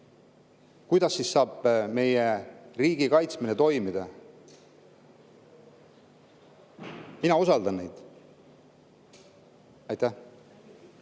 kuidas saab meie riigi kaitsmine toimida? Mina usaldan neid. Aitäh,